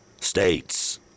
states